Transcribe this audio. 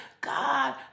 God